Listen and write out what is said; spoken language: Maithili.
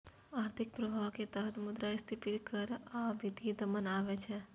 आर्थिक प्रभाव के तहत मुद्रास्फीति कर आ वित्तीय दमन आबै छै